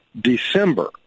December